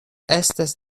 estas